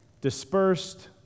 dispersed